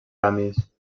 ramis